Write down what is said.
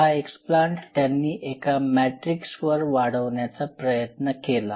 हा एक्सप्लांट त्यांनी एका मॅट्रिक्स वर वाढवण्याचा प्रयत्न केला